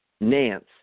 Nance